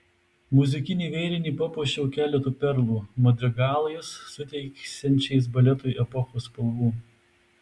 muzikinį vėrinį papuošiau keletu perlų madrigalais suteiksiančiais baletui epochos spalvų